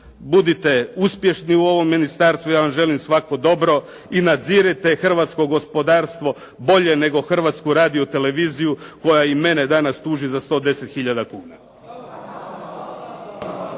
budite uspješni u ovom ministarstvu, ja vam želim svako dobro i nadzirite hrvatsko gospodarstvo bolje nego HRT koja i mene danas tuži za 110 tisuća kuna.